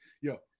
yo